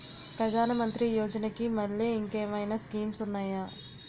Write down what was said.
ప్రధాన మంత్రి యోజన కి మల్లె ఇంకేమైనా స్కీమ్స్ ఉన్నాయా?